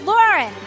Lauren